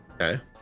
Okay